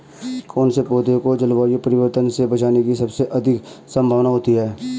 कौन से पौधे को जलवायु परिवर्तन से बचने की सबसे अधिक संभावना होती है?